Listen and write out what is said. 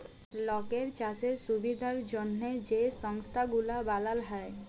লকের চাষের সুবিধার জ্যনহে যে সংস্থা গুলা বালাল হ্যয়